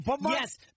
Yes